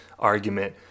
argument